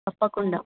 తప్పకుండా